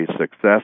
success